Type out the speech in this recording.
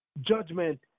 judgment